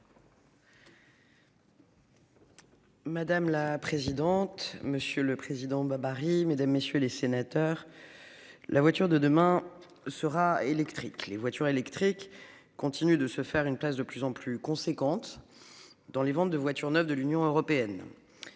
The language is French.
Madame la présidente, monsieur le président babary, mesdames, messieurs les sénateurs. La voiture de demain sera électrique, les voitures électriques continuent de se faire une place de plus en plus conséquente. Dans les ventes de voitures neuves de l'Union européenne.